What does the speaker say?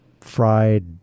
fried